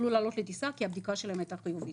לעלות לטיסה כי הבדיקה שלהם הייתה חיובית.